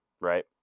right